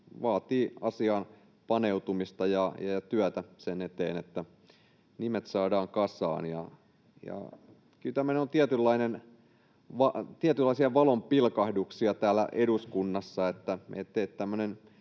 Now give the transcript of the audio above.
vaatii asiaan paneutumista ja työtä sen eteen, että nimet saadaan kasaan. Kyllä tämmöinen on tietynlaisia valonpilkahduksia täällä eduskunnassa,